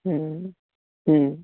ਹੂੰ ਹੂੰ